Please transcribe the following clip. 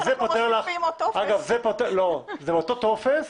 באותו טופס